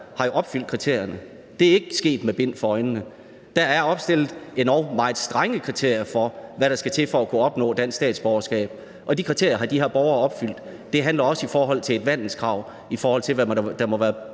har opfyldt kriterierne. Det er ikke sket med bind for øjnene. Der er opstillet endog meget strenge kriterier for, hvad der skal til for at kunne opnå dansk statsborgerskab, og de kriterier har de her borgere opfyldt. Det gælder også i forhold til vandelskrav, i forhold til hvad der må være